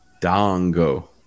Dango